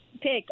pick